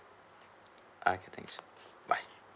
okay thanks bye